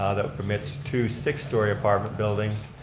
ah that permits two six-story apartment buildings.